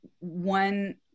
one